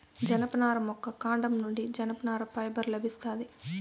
జనపనార మొక్క కాండం నుండి జనపనార ఫైబర్ లభిస్తాది